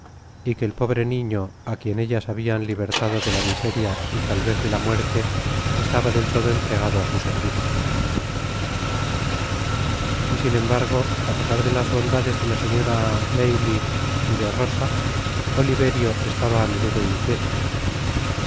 y que el pobre niño á quien ellas habian libertado de la miseria y tal vez de la muerte estaba del todo entregado á su servicio y sin embargo apesar de las bondades de la señora maylie y e rosa oliverio estaba á menudo inquieto